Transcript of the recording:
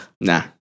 Nah